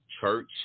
church